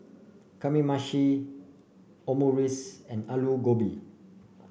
Kamameshi Omurice and Alu Gobi